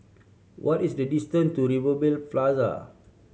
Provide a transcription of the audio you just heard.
what is the distance to Rivervale Plaza